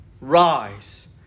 rise